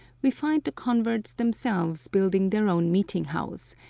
we find the converts themselves building their own meeting-house,